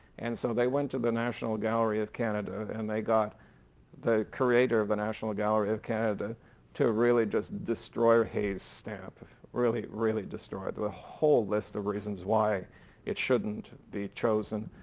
and so they went to the national gallery of canada and they got the creator of the national gallery of canada to really just destroy haye's stamp really, really destroy it with a whole list of reasons why it shouldn't be chosen.